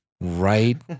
right